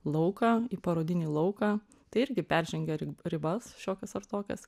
lauką į parodinį lauką tai irgi peržengia ribas šiokias ar tokias